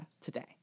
today